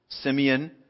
Simeon